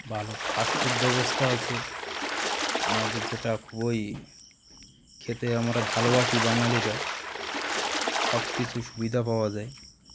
ভালো ফাস্টফুড ব্যবস্থা আছে আমাদের যেটা খুবই খেতে আমরা ভালোবাসি বাঙালিরা সবকিছু সুবিধা পাওয়া যায়